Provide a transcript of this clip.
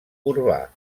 urbà